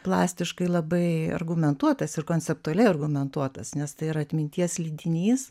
plastiškai labai argumentuotas ir konceptualiai argumentuotas nes tai yra atminties lydinys